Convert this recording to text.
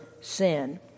sin